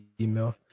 email